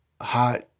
hot